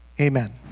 Amen